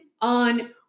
on